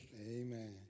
Amen